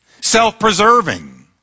self-preserving